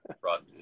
brought